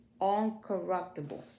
uncorruptible